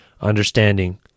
understanding